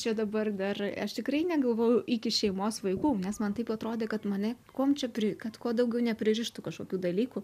čia dabar dar aš tikrai negalvojau iki šeimos vaikų nes man taip atrodė kad mane kuom čia pri kad kuo daugiau nepririštų kažkokių dalykų